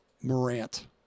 Morant